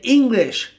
English